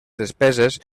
despeses